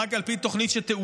רק על פי תוכנית שתאושר,